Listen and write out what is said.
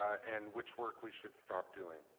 and which work we should stop doing.